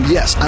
Yes